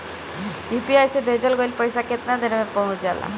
UPI से भेजल गईल पईसा कितना देर में पहुंच जाला?